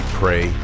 pray